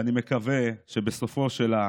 ואני מקווה שבסופה